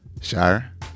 Shire